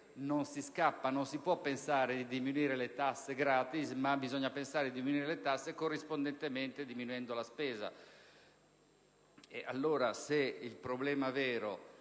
non si scappa. Non si può pensare di diminuire le tasse "gratis": bisogna pensare di diminuire corrispondentemente la spesa.